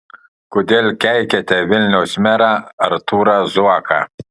kodėl keikiate vilniaus merą artūrą zuoką